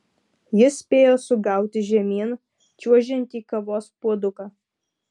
jis spėjo sugauti žemyn čiuožiantį kavos puoduką